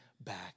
back